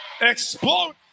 Explode